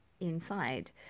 inside